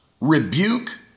rebuke